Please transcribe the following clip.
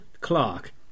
Clark